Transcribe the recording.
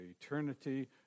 eternity